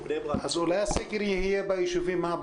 אתה רואה שהשתלטו על הקומה,